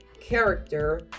character